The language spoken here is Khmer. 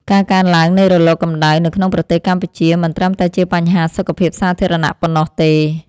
ការកើនឡើងនៃរលកកម្ដៅនៅក្នុងប្រទេសកម្ពុជា មិនត្រឹមតែជាបញ្ហាសុខភាពសាធារណៈប៉ុណ្ណោះទេ។